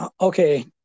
Okay